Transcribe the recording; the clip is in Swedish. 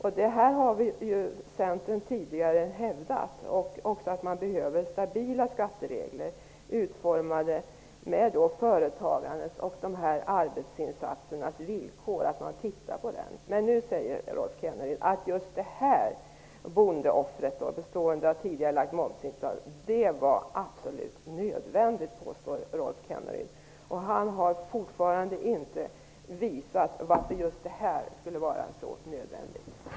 Centern har tidigare hävdat att man behöver stabila skatteregler och att villkoren för företagandets arbetsinsatser behöver ses över. Men nu säger Rolf Kenneryd att just det här "bondeoffret", bestående av tidigarelagd momsinbetalning, var absolut nödvändigt. Han har fortfarande inte visat varför just det här skulle vara så nödvändigt.